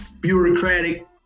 bureaucratic